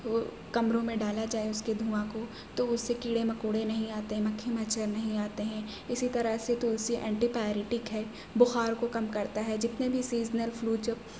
کمروں میں ڈالا جائے اس کے دھواں کو تو اس سے کیڑے مکوڑے نہیں آتے ہیں مکھی مچھر نہیں آتے ہیں اسی طرح سے تلسی اینٹی پیریٹک ہے بخار کو کم کرتا ہے جتنے بھی سیزنل فلو جو